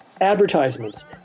Advertisements